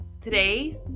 today